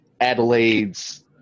Adelaide's